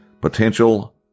potential